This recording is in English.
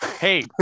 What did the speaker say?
hey